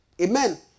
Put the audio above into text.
Amen